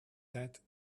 that